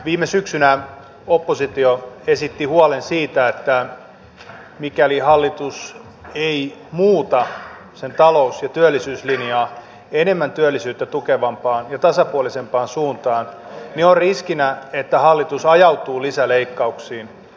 viime syksynä oppositio esitti huolen siitä että mikäli hallitus ei muuta sen talous ja työllisyyslinjaa enemmän työllisyyttä tukevaan ja tasapuolisempaan suuntaan niin on riskinä että hallitus ajautuu lisäleikkauksiin tulevana keväänä